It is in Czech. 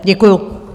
Děkuju.